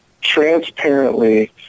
transparently